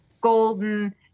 golden